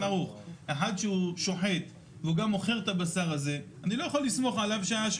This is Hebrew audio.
יש להניח שאם הוא כיהן בתפקיד הזה אז הוא